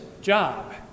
job